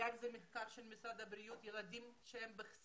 היה על זה מחקר של משרד הבריאות ילדים שהם בסגר,